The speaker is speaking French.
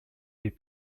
les